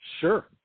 Sure